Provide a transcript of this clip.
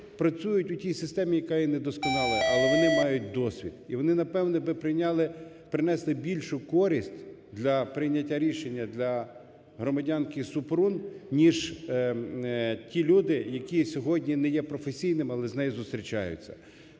працюють у тій системі, яка є недосконала, але вони мають досвід і вони, напевно, б прийняли, принесли більшу користь для прийняття рішення для громадянки Супрун ніж ті люди, які сьогодні не є професійними, але з нею зустрічаються.